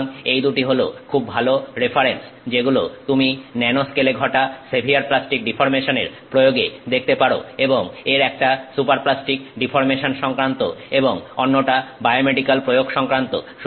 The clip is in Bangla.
সুতরাং এই দুটি হলো খুব ভালো রেফারেন্স যেগুলো তুমি ন্যানো স্কেলে ঘটা সেভিয়ার প্লাস্টিক ডিফর্মেশনের প্রয়োগে দেখতে পারো এবং এর একটা সুপারপ্লাস্টিক ডিফর্মেশন সংক্রান্ত এবং অন্যটা বায়োমেডিক্যাল প্রয়োগ সংক্রান্ত